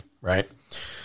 right